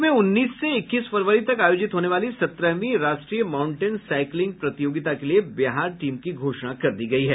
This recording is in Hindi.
कर्नाटक में उन्नीस से इक्कीस फरवरी तक आयोजित होने वाली सत्रहवीं राष्ट्रीय माउंटेन साईकिलिंग के लिए बिहार टीम की घोषणा कर दी गयी है